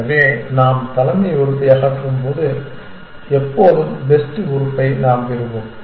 எனவே நாம் தலைமை உறுப்பை அகற்றும் போது எப்போதும் பெஸ்ட் உறுப்பை நாம் பெறுவோம்